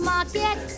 Market